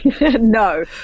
No